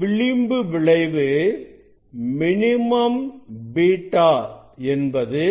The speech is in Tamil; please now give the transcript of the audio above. விளிம்பு விளைவு மினிமம் β என்பது